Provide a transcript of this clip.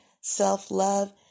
self-love